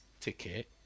ticket